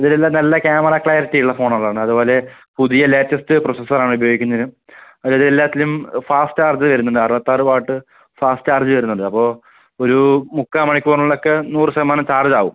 ഇതിനെല്ലാം നല്ല ക്യാമറ ക്ലാരിറ്റിയുള്ള ഫോണുകളാണ് അതുപോലെ പുതിയ ലേറ്റസ്റ്റ് പ്രൊസസ്സർ ആണ് ഉപയോഗിക്കുന്നത് അതിൽ എല്ലാറ്റിലും ഫാസ്റ്റ് ചാർജ് വരുന്നുണ്ട് അറുപത്താറ് വാട്ട് ഫാസ്റ്റ് ചാർജ് വരുന്നുണ്ട് അപ്പോൾ ഒരു മുക്കാൽ മണിക്കൂറിനുള്ളിലൊക്കെ നൂറ് ശതമാനം ചാർജ്ജാകും